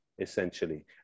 essentially